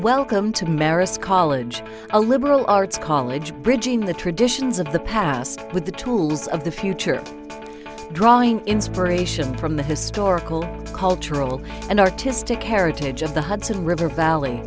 welcome to maris college a liberal arts college bridging the traditions of the past with the tools of the future drawing inspiration from the historical cultural and artistic heritage of the hudson river valley